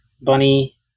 Bunny